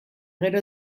gero